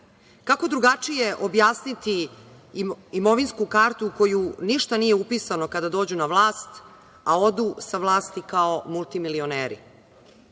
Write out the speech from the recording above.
drugačije objasniti imovinsku kartu u koju ništa nije upisano kada dođu na vlat, a odu sa vlasti kao multimilioneri?